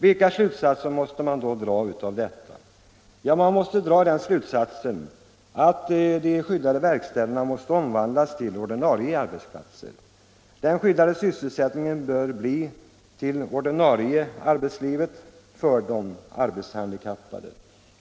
Vilken slutsats måste man då dra av detta? Jo, att de skyddade verkstäderna måste omvandlas till ordinarie arbetsplatser. Den skyddade sysselsättningen bör bli det ordinarie arbetslivet för de arbetshandikappade.